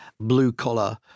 blue-collar